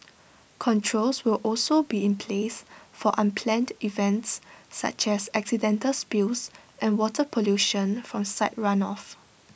controls will also be in place for unplanned events such as accidental spills and water pollution from site runoff